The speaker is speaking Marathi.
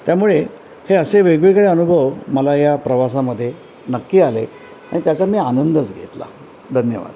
त्यामुळे हे असे वेगवेगळे अनुभव मला या प्रवासामध्ये नक्की आले आणि त्याचा मी आनंदच घेतला धन्यवाद